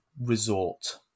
resort